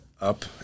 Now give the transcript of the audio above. up